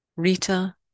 Rita